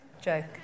Joke